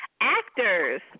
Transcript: actors